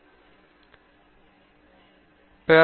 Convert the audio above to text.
அனந்த சுப்பிரமணியன் நன்றி